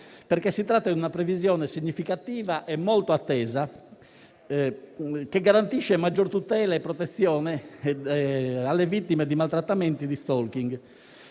perché si tratta di una previsione significativa e molto attesa, che garantisce maggior tutela e protezione alle vittime di maltrattamenti e di *stalking*